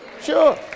Sure